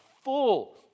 full